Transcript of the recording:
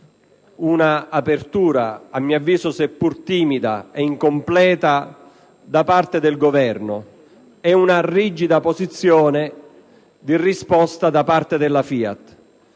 un'apertura - a mio avviso timida e incompleta - da parte del Governo e una rigida posizione di risposta da parte della FIAT.